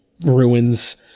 ruins